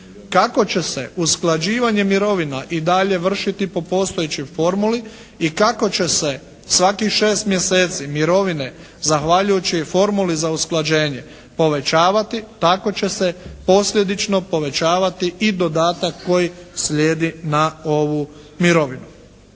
Kako će se usklađivanje mirovina i dalje vršiti po postojećoj formuli i kako će se svakih šest mjeseci mirovine zahvaljujući formuli za usklađenje povećavati, tako će se posljedično povećavati i dodatak koji slijedi na ovu mirovinu.